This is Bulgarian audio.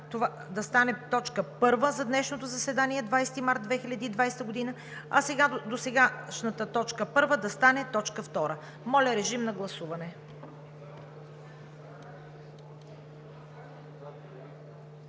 да стане точка първа за днешното заседание – 20 март 2020 г., а досегашната точка първа да стане точка втора. Моля, режим на гласуване.